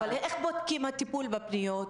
אבל איך בודקים את הטיפול בפניות?